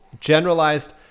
generalized